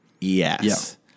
Yes